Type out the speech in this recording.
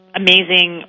amazing